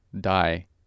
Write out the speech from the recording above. die